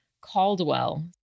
Caldwell